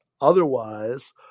otherwise